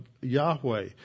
Yahweh